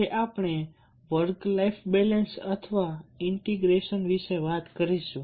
આજે આપણે work life balance અથવા ઇન્ટિગ્રેશન વિશે વાત કરીશું